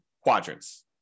quadrants